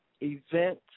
event